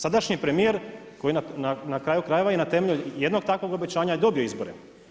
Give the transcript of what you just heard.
Sadašnji premjer, koji je na kraju krajeva i na temelju jednog takvog obećanja dobio izbore.